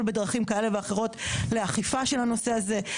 בדרכים כאלו ואחרות לאכיפה של הנושא הזה.